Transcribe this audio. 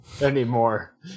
anymore